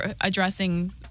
addressing